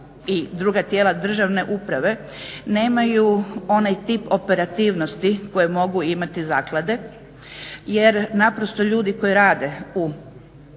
i druga tijela državne uprave nemaju onaj tip operativnosti koje mogu imati zaklade, jer naprosto ljudi koji rade u